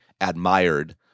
admired